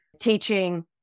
teaching